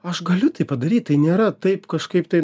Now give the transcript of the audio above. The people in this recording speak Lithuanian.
aš galiu tai padaryt tai nėra taip kažkaip tai